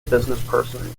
businessperson